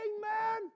man